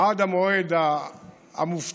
עד המועד המובטח,